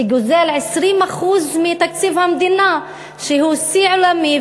שגוזל 20% מתקציב המדינה, שהוא שיא עולמי?